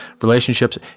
Relationships